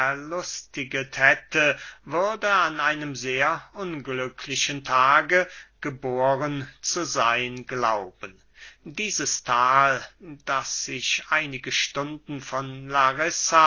erlustiget hätte würde an einem sehr unglücklichen tage geboren zu seyn glauben dieses thal das sich einige stunden von